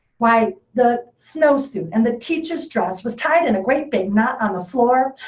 why the snowsuit and the teacher's dress was tied in a great big knot on the floor.